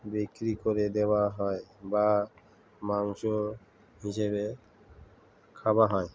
বিক্রি করে দেওয়া হয় বা মাংস হিসেবে খাওয়া হয়